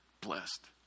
blessed